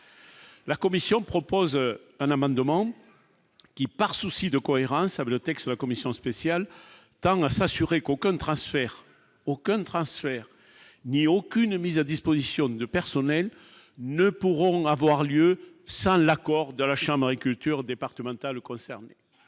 La commission propose un amendement qui, par souci de cohérence, le texte de la commission spéciale tend à s'assurer qu'aucun transfert aucun transfert ni aucune mise à disposition de personnels ne pourront avoir lieu sans l'accord de la chambre et culture départementales concernées,